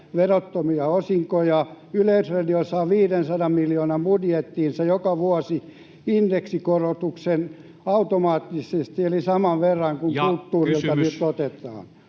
verottomia osinkoja. Yleisradio saa 500 miljoonan budjettiinsa joka vuosi indeksikorotuksen automaattisesti eli saman verran [Puhemies: Ja kysymys!] kuin kulttuurilta nyt otetaan.